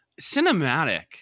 Cinematic